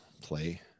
play